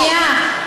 שנייה.